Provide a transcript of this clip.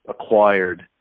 acquired